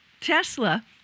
tesla